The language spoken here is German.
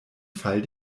fall